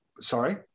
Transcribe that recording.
Sorry